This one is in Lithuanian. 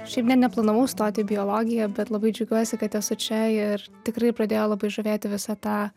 šiaip net neplanavau stoti į biologiją bet labai džiaugiuosi kad esu čia ir tikrai pradėjo labai žavėti visa ta